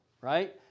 right